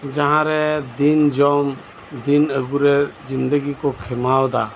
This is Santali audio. ᱡᱟᱸᱦᱟ ᱨᱮ ᱫᱤᱱ ᱡᱚᱢ ᱫᱤᱱ ᱟᱹᱜᱩ ᱨᱮ ᱡᱤᱱᱫᱮᱜᱤ ᱠᱚ ᱠᱷᱮᱢᱟᱣ ᱮᱫᱟ